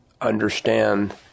understand